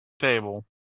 table